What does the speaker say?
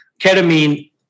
ketamine